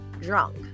drunk